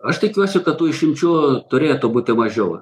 aš tikiuosi kad tų išimčių turėtų būti mažiau